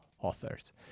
authors